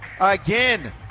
again